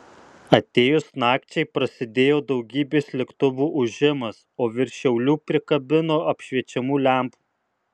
atėjus nakčiai prasidėjo daugybės lėktuvų ūžimas o virš šiaulių prikabino apšviečiamų lempų